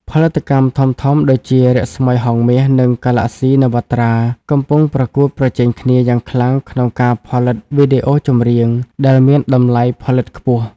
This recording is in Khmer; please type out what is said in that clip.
ផលិតកម្មធំៗដូចជា រស្មីហង្សមាស និង Galaxy Navatra កំពុងប្រកួតប្រជែងគ្នាយ៉ាងខ្លាំងក្នុងការផលិតវីដេអូចម្រៀងដែលមានតម្លៃផលិតខ្ពស់។